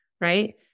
right